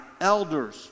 elders